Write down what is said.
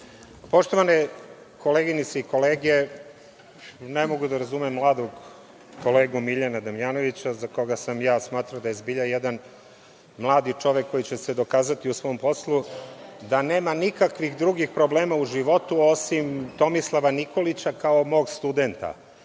Poštovane koleginice i kolege, ne mogu da razumem mladog kolegu Miljana Damjanovića, za koga sam i ja smatrao da je zbilja jedan mladi čovek koji će se dokazati u svom poslu, da nema nikakvih drugih problema u životu, osim Tomislava Nikolića kao mog studenta.